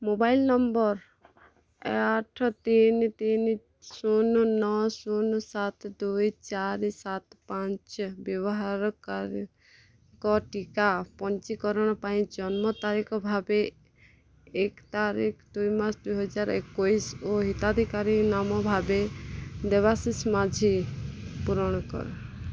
mobile number ଆଠ ତିନି ତିନି ଶୂନ ନଅ ଶୂନ ସାତ ଦୁଇ ଚାରି ସାତ ପାଞ୍ଚ ବ୍ୟବହାରକାରୀଙ୍କ ଟୀକା ପଞ୍ଜୀକରଣ ପାଇଁ ଜନ୍ମ ତାରିଖ ଭାବେ ଏକ ଦୁଇ ମାସ ଦୁଇହାଜର ଏକୋଉଶି ଓ ହିତାଧିକାରୀ ନାମ ଭାବେ ଦେବାଶିଷ ମାଝୀ ପୂରଣ କର